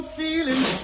feeling